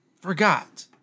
forgot